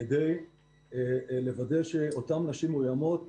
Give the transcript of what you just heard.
כדי לוודא שאותן נשים מאוימות,